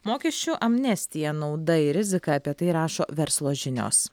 mokesčių amnestija nauda ir rizika apie tai rašo verslo žinios